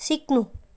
सिक्नु